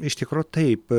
iš tikro taip